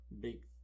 Big